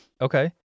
Okay